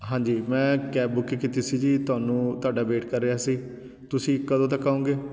ਹਾਂਜੀ ਮੈਂ cab book ਕੀਤੀ ਸੀ ਜੀ ਤੁਹਾਨੂੰ ਤੁਹਾਡਾ ਵੇਟ ਕਰ ਰਿਹਾ ਸੀ ਤੁਸੀਂ ਕਦੋਂ ਤੱਕ ਆਉਂਗੇ